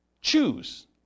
choose